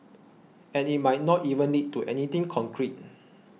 and it might not even lead to anything concrete